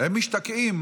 הם משתקעים.